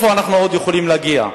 לאיפה עוד אנחנו יכולים להגיע?